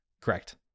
Correct